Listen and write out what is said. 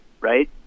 right